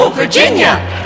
Virginia